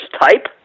type